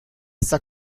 sta